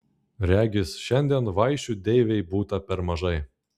regis šiandien vaišių deivei būta per mažai